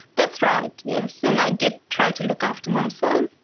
that's right, yes. and i did try to look after myself.